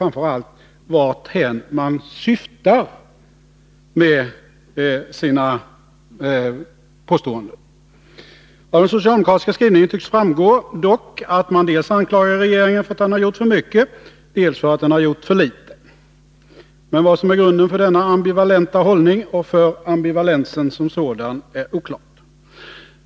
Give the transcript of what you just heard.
Av den socialdemokratiska skrivningen tycks dock framgå att man anklagar regeringen dels för att den gjort för mycket, dels för att den gjort för litet. Vad som är grunden för denna ambivalenta hållning och för ambivalensen som sådan är dock oklart.